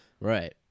Right